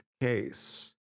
case